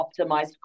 optimized